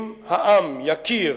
אם העם יכיר,